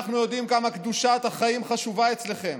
אנחנו יודעים כמה קדושת החיים חשובה אצלכם,